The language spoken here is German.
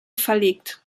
verlegt